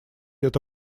это